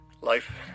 life